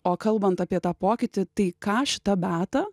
o kalbant apie tą pokytį tai ką šita beata